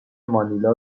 مانیلا